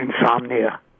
Insomnia